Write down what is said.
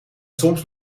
soms